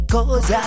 Cause